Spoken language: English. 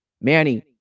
Manny